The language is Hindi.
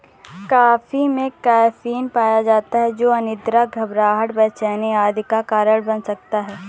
कॉफी में कैफीन पाया जाता है जो अनिद्रा, घबराहट, बेचैनी आदि का कारण बन सकता है